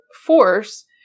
force